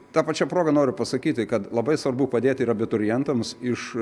ta pačia proga noriu pasakyti kad labai svarbu padėti ir abiturientams iš